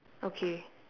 okay